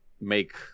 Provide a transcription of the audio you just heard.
Make